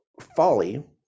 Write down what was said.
folly